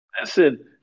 Listen